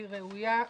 והיא ראויה,